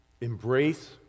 embrace